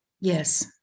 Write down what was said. Yes